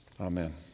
Amen